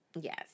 Yes